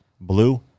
Blue